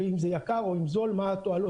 ואם זה יקר או זול ומה התועלות.